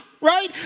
right